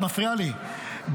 את מפריעה לי,